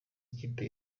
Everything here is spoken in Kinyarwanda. ikipe